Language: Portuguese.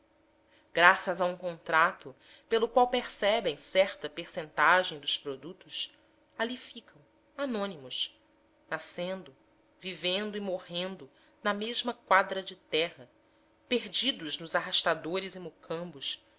graças a um contrato pelo qual percebem certa percentagem dos produtos ali ficam anônimos nascendo vivendo e morrendo na mesma quadra de terra perdidos nos arrastadores e mocambos